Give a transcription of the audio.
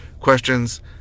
questions